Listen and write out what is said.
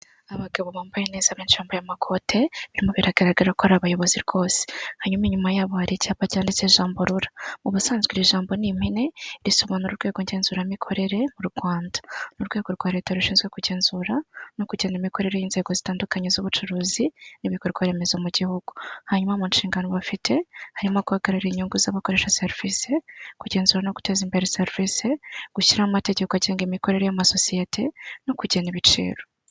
Abagabo bambaye neza benshi bambaye amakote birimo biragaragara ko ari abayobozi rwose ,hanyuma inyuma ya hari icyapa cyanditseho rura ubusanzwe iryo jambo ni impine risobanura urwego ngenzuramikorere mu Rwanda. Urwego rwa reta rushinzwe kugenzura no kugena imikorere y'inzego zitandukanye z'ubucuruzi n'ibikorwaremezo mu gihugu hanyuma mu nshingano bafite harimo guhagararira inyungu z'abakoresha serivisi, kugenzura no guteza imbere serivisi ,gushyiraho amategeko agenga imikorere y'amasosiyete no kugena ibiciro.